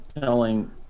telling